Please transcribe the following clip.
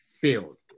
filled